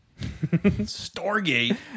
Stargate